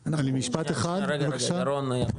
ברור, ברור, ירון כן.